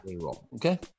Okay